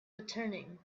returning